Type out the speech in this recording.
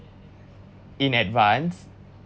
in advance